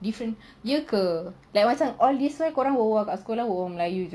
different ya ke like macam all this while korang berbual kat sekolah berbual melayu jer [pe]